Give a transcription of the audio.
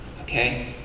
okay